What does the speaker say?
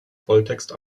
volltext